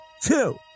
two